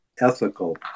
ethical